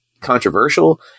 controversial